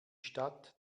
stadt